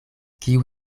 kiu